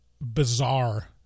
bizarre